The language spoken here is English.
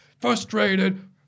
frustrated